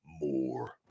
more